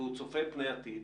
צופה פני עתיד,